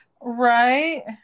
Right